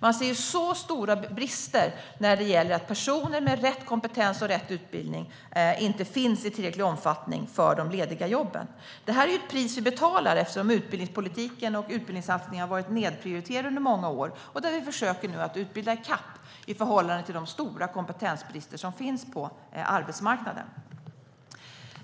Man ser stora brister när det gäller att personer med rätt kompetens och rätt utbildning inte finns i tillräcklig omfattning för de lediga jobben. Det här är ett pris vi betalar för att utbildningspolitiken och utbildningssatsningarna har varit nedprioriterade under många år. Vi försöker nu utbilda i kapp i förhållande till de stora kompetensbrister som finns på arbetsmarknaden.